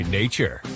nature